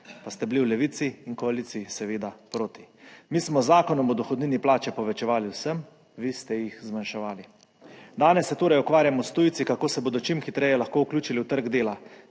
pa ste bili v Levici in koaliciji seveda proti. Mi smo z Zakonom o dohodnini plače povečevali vsem, vi ste jih zmanjševali. Danes se torej ukvarjamo s tujci, kako se bodo čim hitreje lahko vključili v trg dela.